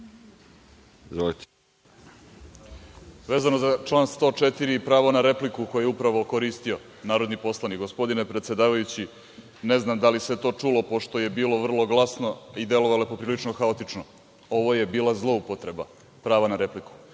Orlić** Vezano za član 104. i pravo na repliku, koju je upravo koristio narodni poslanik, gospodine predsedavajući, ne znam da li se to čulo, pošto je bilo vrlo glasno i delovalo poprilično haotično. Ovo je bila zloupotreba prava na repliku. Dakle,